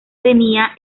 tenía